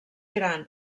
gran